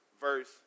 verse